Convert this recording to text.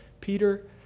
Peter